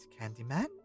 Candyman